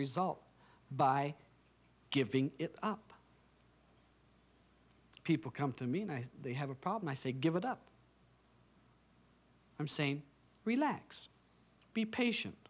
result by giving it up people come to mean they have a problem i say give it up i'm saying relax be patient